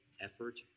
effort